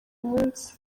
munsi